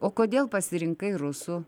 o kodėl pasirinkai rusų